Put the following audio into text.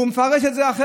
הוא מפרש את זה אחרת.